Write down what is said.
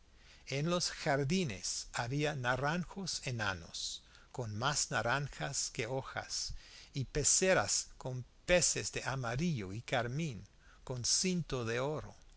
en los jardines había naranjos enanos con más naranjas que hojas y peceras con peces de amarillo y carmín con cinto de oro